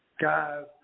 guys